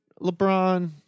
LeBron